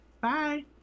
bye